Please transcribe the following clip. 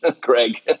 Greg